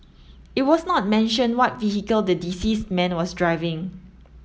it was not mentioned what vehicle the deceased man was driving